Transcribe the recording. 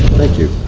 thank you.